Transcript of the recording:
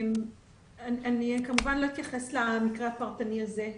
אני כמובן לא אתייחס למקרה הפרטני הזה,